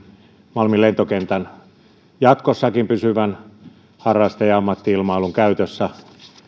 malmin lentokentän jatkossakin pysyvän harraste ja ammatti ilmailun käytössä